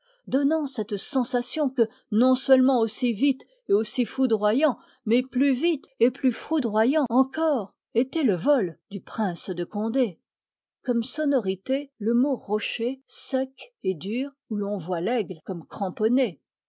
donnant cette sensation que non seulement aussi vite et aussi foudroyant mais plus vite et plus foudroyant encore était le vol du prince de condé comme sonorités le mot rocher sec et dur où l'on voit l'aigle comme cramponné